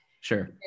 Sure